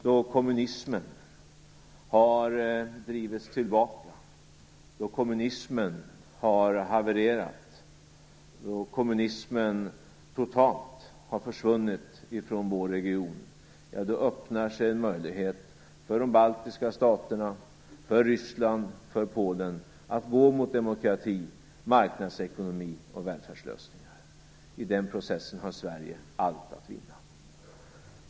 Då kommunismen har drivits tillbaka, då kommunismen har havererat, då kommunismen totalt har försvunnit från vår region då öppnar sig en möjlighet för de baltiska staterna, för Ryssland och för Polen att gå mot demokrati, marknadsekonomi och välfärdslösningar. I den processen har Sverige allt att vinna.